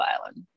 Island